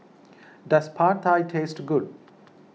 does Pad Thai taste good